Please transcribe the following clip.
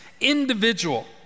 individual